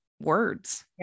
words